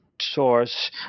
source